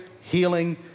healing